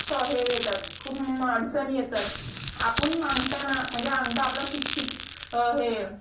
हे येतात खूप अडचणी येतात आपण अंगठा ना म्हणजे अंगठा आपलं शिक्षिक हे